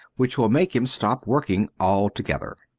which will make him stop working altogether.